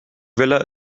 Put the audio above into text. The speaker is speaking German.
villa